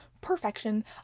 Perfection